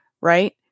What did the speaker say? right